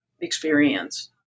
experience